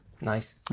Nice